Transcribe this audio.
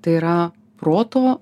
tai yra proto